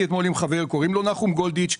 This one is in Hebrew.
עם חבר, קוראים לו נחום גולדיץ'.